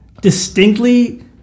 distinctly